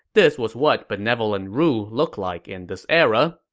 this was what benevolent rule looked like in this era,